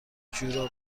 جوراب